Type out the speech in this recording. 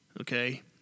okay